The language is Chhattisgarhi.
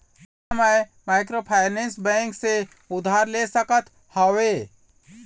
का मैं माइक्रोफाइनेंस बैंक से उधार ले सकत हावे?